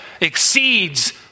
exceeds